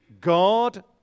God